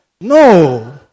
No